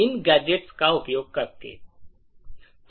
इन gadgets का उपयोग करना